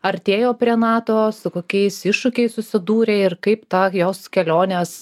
artėjo prie nato su kokiais iššūkiais susidūrė ir kaip ta jos kelionės